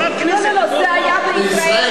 לא לא לא, זה היה בישראל.